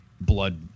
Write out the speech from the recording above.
blood